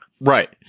Right